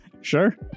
Sure